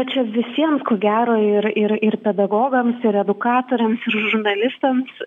čia visiems ko gero ir ir ir pedagogams ir edukatoriams ir žurnalistams